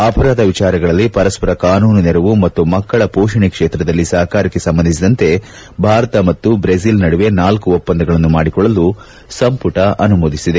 ಅಪರಾಧ ವಿಚಾರಗಳಲ್ಲಿ ಪರಸ್ಪರ ಕಾನೂನು ನೆರವು ಮತ್ತು ಮಕ್ಕಳ ಹೋಷಣೆ ಕ್ಷೇತ್ರದಲ್ಲಿ ಸಹಕಾರಕ್ಷೆ ಸಂಬಂಧಿಸಿದಂತೆ ಭಾರತ ಮತ್ತೆ ಜ್ರೆಜೆಲ್ ನಡುವೆ ನಾಲ್ಲು ಒಪ್ಪಂದಗಳನ್ನು ಮಾಡಿಕೊಳ್ಳಲು ಸಂಪುಟ ಅನುಮೋದಿಸಿದೆ